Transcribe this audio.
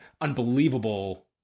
unbelievable